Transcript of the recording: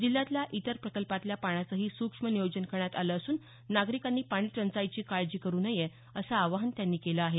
जिल्ह्यातल्या इतर प्रकल्पातल्या पाण्याचही सूक्ष्म नियोजन करण्यात आलं असून नागरिकांनी पाणीटंचाईची काळजी करू नये असं आवाहन त्यांनी केलं आहे